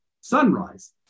sunrise